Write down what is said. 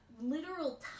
literal